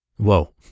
Whoa